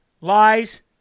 lies